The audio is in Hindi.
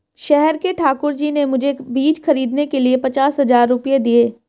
शहर के ठाकुर जी ने मुझे बीज खरीदने के लिए पचास हज़ार रूपये दिए